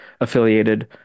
affiliated